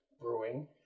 brewing